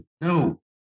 no